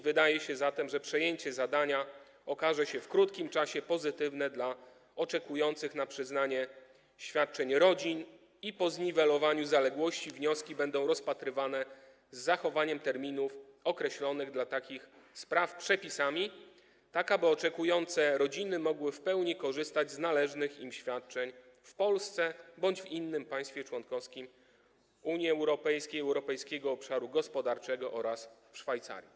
Wydaje się zatem, że przejęcie tego zadania okaże się w krótkim czasie pozytywnym rozwiązaniem dla oczekujących na przyznanie świadczeń rodzin i po zniwelowaniu zaległości wnioski będą rozpatrywane z zachowaniem terminów określonych dla takich spraw przepisami, tak aby oczekujące rodziny mogły w pełni korzystać z należnych im świadczeń w Polsce bądź w innym państwie członkowskim Unii Europejskiej, Europejskiego Obszaru Gospodarczego oraz w Szwajcarii.